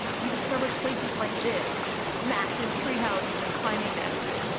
we discovered places like this with its massive tree houses and climbing nets.